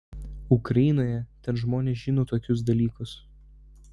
ukrainoje ten žmonės žino tokius dalykus